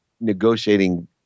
negotiating